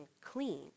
clean